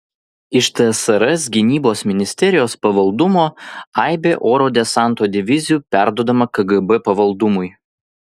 iš tsrs gynybos ministerijos pavaldumo aibė oro desanto divizijų perduodama kgb pavaldumui